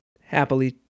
happily